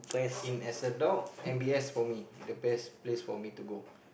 in as adult m_b_s for me the best place for me to go